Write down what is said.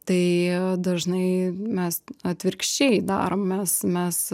tai dažnai mes atvirkščiai darom mes mes